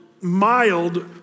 mild